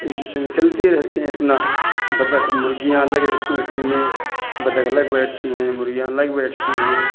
एक दूसरे में चलती रहते हैं अपना बतख मुर्गियाँ अलग रहती हैं उसी में बतख अलग बैठती हैं मुर्गियाँ अलग बैठती हैं